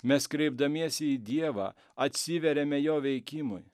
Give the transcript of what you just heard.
mes kreipdamiesi į dievą atsiveriame jo veikimui